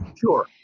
Sure